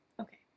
Okay